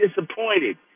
disappointed